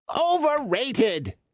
overrated